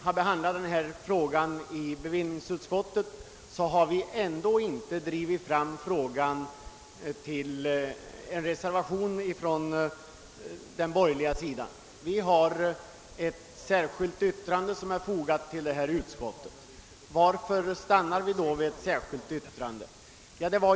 När ärendet har behandlats i bevillningsutskottet har vi på den borgerliga sidan inte drivit frågan fram till en reservation, men vi har fogat ett särskilt yttrande till betänkandet. Varför stannar vi vid ett särskilt yttrande?